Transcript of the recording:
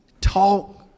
talk